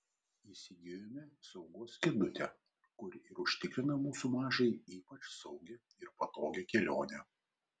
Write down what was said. įsigijome saugos kėdutę kuri ir užtikrina mūsų mažajai ypač saugią ir patogią kelionę